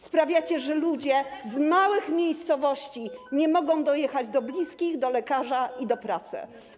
Sprawiacie, że ludzie z małych miejscowości nie mogą dojechać do bliskich, do lekarza i do pracy.